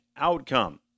outcome